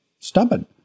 stubborn